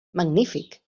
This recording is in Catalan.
magnífic